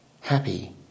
happy